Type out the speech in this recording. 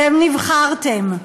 אתם נבחרתם.